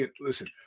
listen